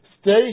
stay